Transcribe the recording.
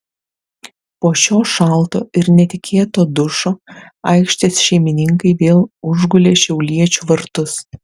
po šio šalto ir netikėto dušo aikštės šeimininkai vėl užgulė šiauliečių vartus